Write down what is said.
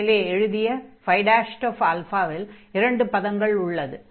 மேலே எழுதிய இல் இரண்டு பதங்கள் உள்ளது